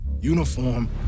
uniform